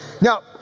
Now